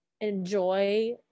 enjoy